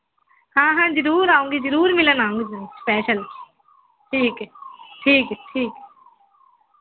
ਹਾਂ ਹਾਂ ਜ਼ਰੂਰ ਆਊਂਗੀ ਜ਼ਰੂਰ ਮਿਲਣ ਆਊਂਗੀ ਮੈ ਸਪੈਸ਼ਲ ਠੀਕ ਹੈ ਠੀਕ ਹੈ ਠੀਕ ਹੈ